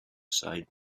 side